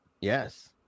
Yes